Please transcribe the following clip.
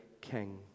king